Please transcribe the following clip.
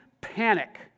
panic